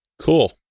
Cool